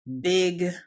big